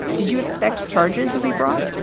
did you expect charges would be brought?